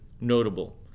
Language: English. notable